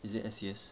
is it S_E_S